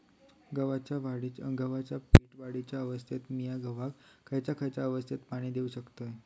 गव्हाच्या पीक वाढीच्या अवस्थेत मिया गव्हाक खैयचा खैयचा अवस्थेत पाणी देउक शकताव?